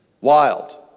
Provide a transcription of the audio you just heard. Wild